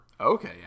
Okay